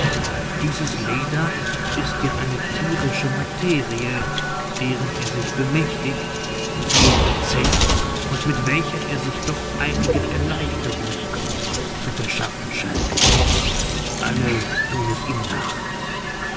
dieses leder ist ja eine thierische materie deren er sich bemächtigt sie verzehrt und mit welcher er sich doch einige erleichterung zu verschaffen scheint alle thun es ihm nach